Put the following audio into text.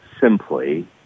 simply